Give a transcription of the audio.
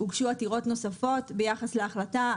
הוגשו עתירות נוספות ביחס להחלטה.